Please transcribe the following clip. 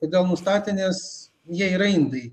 kodėl nustatė nes jie yra indai